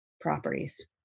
properties